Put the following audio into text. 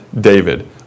David